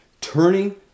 Turning